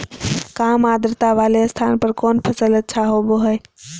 काम आद्रता वाले स्थान पर कौन फसल अच्छा होबो हाई?